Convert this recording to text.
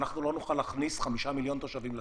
לא נוכל להכניס חמישה מיליון תושבים לכלא.